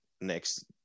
next